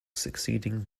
succeeding